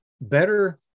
better